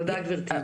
תודה, גברתי.